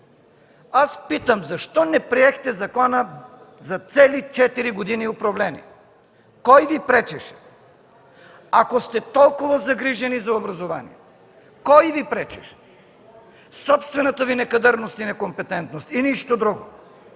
Аз питам: защо не приехте закона за цели четири години управление? Кой Ви пречеше, ако сте толкова загрижени за образованието? Кой Ви пречеше? Собствената Ви некадърност и некомпетентност – и нищо друго!